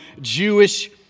Jewish